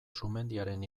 sumendiaren